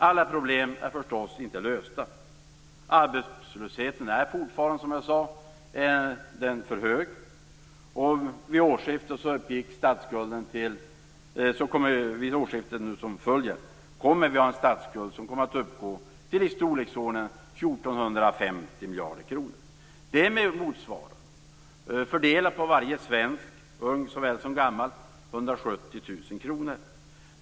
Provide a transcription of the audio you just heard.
Alla problem är förstås inte lösta. Arbetslösheten är fortfarande för hög. Och vid det kommande årsskiftet uppgår statsskulden till i storleksordningen ca kronor per svensk.